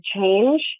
change